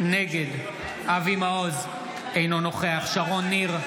נגד אבי מעוז, אינו נוכח שרון ניר,